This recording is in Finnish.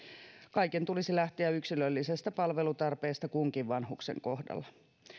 kaiken tulisi lähteä yksilöllisestä palvelutarpeesta kunkin vanhuksen kohdalla